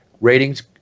Ratings